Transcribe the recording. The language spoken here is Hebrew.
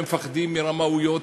הם מפחדים מרמאויות,